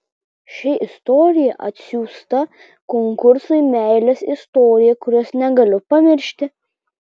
ši istorija atsiųsta konkursui meilės istorija kurios negaliu pamiršti